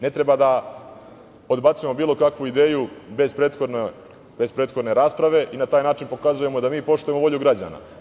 Ne treba da odbacujemo bilo kakvu ideju bez prethodne rasprave i na taj način pokazujemo da mi poštujemo volju građana.